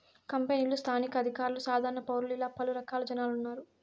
కంపెనీలు స్థానిక అధికారులు సాధారణ పౌరులు ఇలా పలు రకాల జనాలు ఉన్నారు